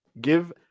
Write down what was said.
give